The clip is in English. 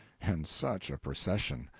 and such a procession!